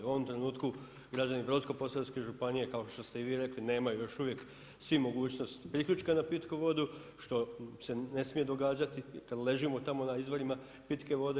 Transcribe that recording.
U ovom trenutku građani Brodsko Posavske županije kao što ste i vi rekli nemaju još uvijek svi mogućnost priključka na pitku vodu što se ne smije događati kada ležimo tamo na izvorima pitke vode.